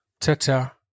Ta-ta